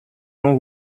nous